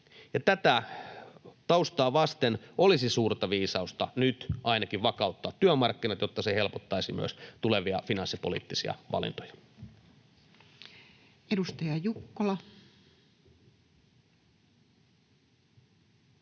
Tätä taustaa vasten olisi suurta viisautta ainakin vakauttaa nyt työmarkkinat, jotta se helpottaisi myös tulevia finanssipoliittisia valintoja.